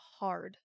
hard